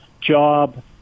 job